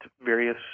various